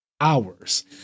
hours